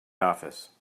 office